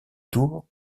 tours